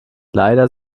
leider